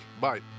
Bye